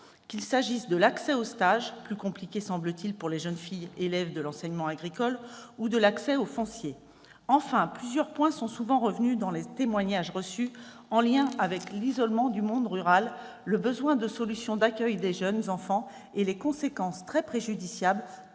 qu'il s'agisse de l'accès aux stages, plus compliqué, semble-t-il, pour les jeunes filles élèves de l'enseignement agricole, ou de l'accès au foncier. Enfin, plusieurs points sont souvent revenus dans les témoignages reçus en lien avec l'isolement du monde rural : le besoin de solutions d'accueil des jeunes enfants et les conséquences très préjudiciables,